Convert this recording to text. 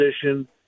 position